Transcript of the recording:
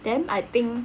then I think